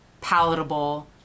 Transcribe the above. palatable